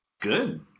Good